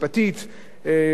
ועוד הרבה חברים,